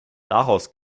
daraus